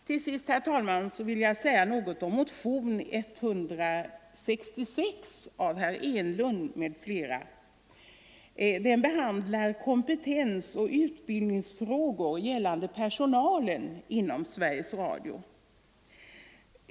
Till sist vill jag säga något om motionen 166 av herr Enlund m.fl. Den behandlar kompetensoch utbildningsfrågor gällande personalen inom Sveriges Radio.